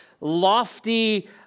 lofty